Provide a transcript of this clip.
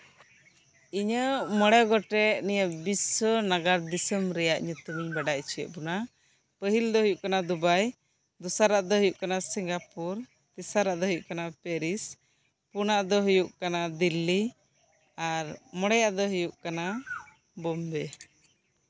ᱤᱧᱟᱹᱜ ᱢᱚᱬᱮ ᱜᱚᱴᱮᱡ ᱵᱤᱥᱥᱚ ᱱᱟᱜᱟᱨ ᱫᱤᱥᱚᱢ ᱨᱮᱭᱟᱜ ᱧᱩᱛᱩᱢ ᱤᱧ ᱵᱟᱰᱟᱭ ᱦᱚᱪᱚᱭᱮᱫ ᱵᱚᱱᱟ ᱯᱟᱹᱦᱤᱞ ᱫᱚ ᱦᱩᱭᱩᱜ ᱠᱟᱱᱟ ᱫᱩᱵᱟᱭ ᱫᱚᱥᱟᱨᱟᱜ ᱫᱚ ᱦᱩᱭᱩᱜ ᱠᱟᱱᱟ ᱥᱤᱝᱜᱟᱯᱩᱨ ᱛᱮᱥᱟᱨᱟᱜ ᱫᱚ ᱦᱩᱭᱩᱜ ᱠᱟᱱᱟ ᱯᱮᱨᱤᱥ ᱯᱳᱱᱟᱜ ᱫᱚ ᱦᱩᱭᱩᱜ ᱠᱟᱱᱟ ᱫᱤᱞᱞᱤ ᱟᱨᱢᱚᱬᱮᱭᱟᱜ ᱫᱚ ᱦᱩᱭᱩᱜ ᱠᱟᱱᱟ ᱵᱳᱢᱵᱮ